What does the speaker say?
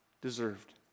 deserved